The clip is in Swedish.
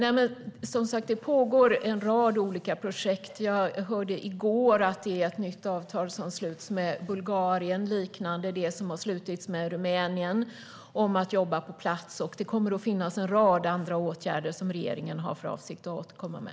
Herr talman! Det pågår som sagt en rad olika projekt. Jag hörde i går att ett nytt avtal sluts med Bulgarien liknande det som har slutits med Rumänien om att jobba på plats, och det kommer att finnas en rad andra åtgärder som regeringen har för avsikt att återkomma med.